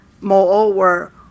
Moreover